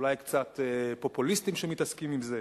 אולי קצת פופוליסטים שמתעסקים עם זה.